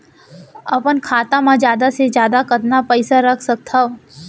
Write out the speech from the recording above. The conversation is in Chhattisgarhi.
अपन खाता मा जादा से जादा कतका पइसा रख सकत हव?